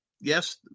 Yes